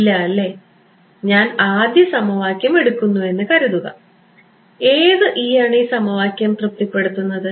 ഇല്ല അല്ലേ ഞാൻ ആദ്യ സമവാക്യം എടുക്കുന്നു എന്ന് കരുതുക ഏത് E ആണ് ഈ സമവാക്യം തൃപ്തിപ്പെടുത്തുന്നത്